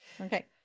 okay